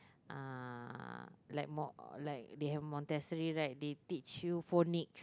uh like more like they have montessori right they teach you phonics